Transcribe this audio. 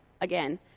again